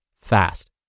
fast